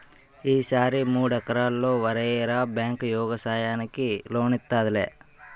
ఈ సారి మూడెకరల్లో వరెయ్యరా బేంకు యెగసాయానికి లోనిత్తాదిలే